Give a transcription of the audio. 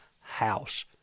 house